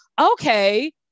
okay